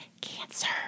cancer